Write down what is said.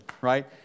right